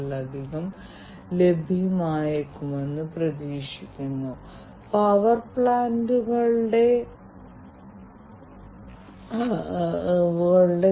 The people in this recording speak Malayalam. അതിനാൽ ഇത് അടിസ്ഥാനപരമായി ആരോഗ്യ സംരക്ഷണ വ്യവസായത്തിൽ IIoT യുടെ വളരെ അടിസ്ഥാനപരമായ ഒരു രൂപമാണ്